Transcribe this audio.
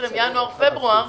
בינואר, פברואר,